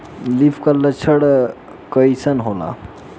Leaf curl लक्षण कइसन होला?